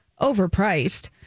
overpriced